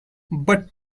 but